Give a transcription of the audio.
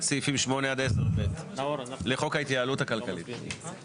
סעיפים 8 עד 10(ב) לחוק ההתייעלות הכלכלית.